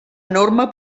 enorme